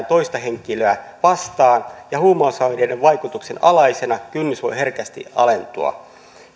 toista henkilöä vastaan ja huumausaineiden vaikutuksen alaisena kynnys voi herkästi alentua